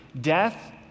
death